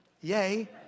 Yay